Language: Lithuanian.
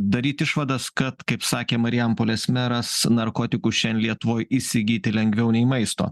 daryt išvadas kad kaip sakė marijampolės meras narkotikų šian lietuvoj įsigyti lengviau nei maisto